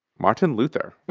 martin luther